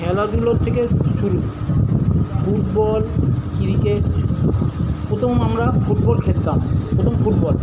খেলাধুলোর থেকে শুরু ফুটবল ক্রিকেট প্রথম আমরা ফুটবল খেলতাম প্রথম ফুটবল